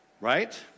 right